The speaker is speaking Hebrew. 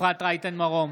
אפרת רייטן מרום,